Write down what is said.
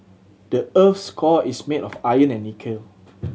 the earth's core is made of iron and nickel